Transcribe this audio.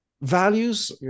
Values